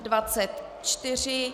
24.